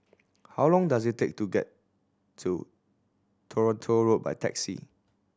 how long does it take to get to Toronto Road by taxi